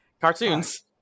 cartoons